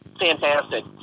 fantastic